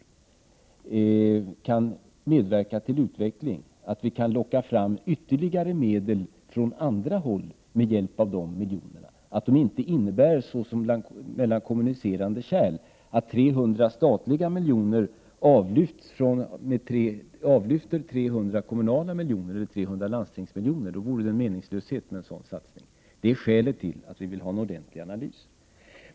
Detta kan bidra till utveckling och vi kan med hjälp av de miljonerna locka fram ytterligare medel från andra håll. Det får inte innebära att det sker såsom mellan kommunicerande kärl — 300 milj.kr. från staten lyfter bort 300 milj.kr. från kommunen eller landstinget. Om så vore fallet vore det meningslöst med en sådan satsning, och detta är skälet till att vi vill ha en ordentlig analys.